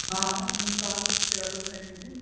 ہاں ہاں Hindustan travel agency